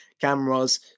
cameras